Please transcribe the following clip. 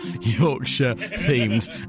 Yorkshire-themed